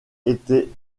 étaient